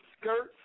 skirts